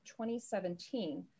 2017